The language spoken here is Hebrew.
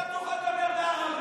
עוד מעט לא תוכל לדבר בערבית.